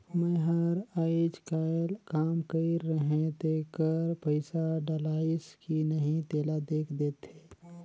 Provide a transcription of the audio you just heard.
मै हर अईचकायल काम कइर रहें तेकर पइसा डलाईस कि नहीं तेला देख देहे?